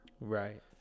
Right